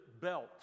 belt